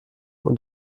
und